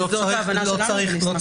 זו עבודת